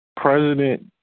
president